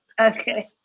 Okay